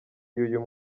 y’uyu